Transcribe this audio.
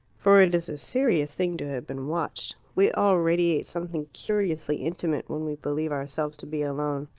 for it is a serious thing to have been watched. we all radiate something curiously intimate when we believe ourselves to be alone.